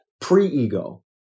pre-ego